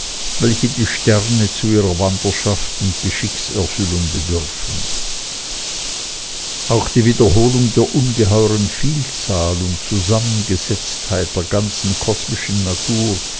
welche die sterne zu ihrer wanderschaft und geschickserfüllung bedürfen auch die wiederholung der ungeheuren vielzahl und zusammengesetztheit der ganzen kosmischen natur